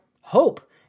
hope